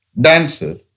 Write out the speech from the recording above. dancer